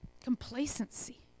complacency